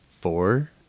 four